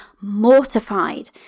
mortified